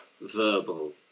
verbal